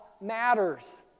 matters